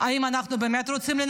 אם אנחנו רוצים באמת לנצח,